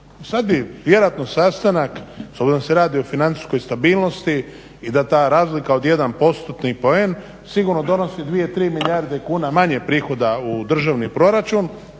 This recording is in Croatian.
sad bi vjerojatno sastanak, s obzirom da se radi o financijskoj stabilnosti i da ta razlika od 1%-ni poen sigurno donosi 2, 3 milijarde kuna manje prihoda u državni proračun